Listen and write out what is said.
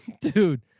dude